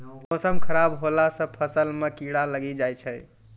मौसम खराब हौला से फ़सल मे कीड़ा लागी जाय छै?